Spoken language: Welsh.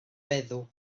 feddw